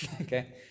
Okay